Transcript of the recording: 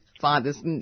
father's